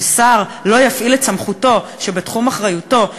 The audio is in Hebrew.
ששר לא יפעיל את סמכותו שבתחום אחריותו,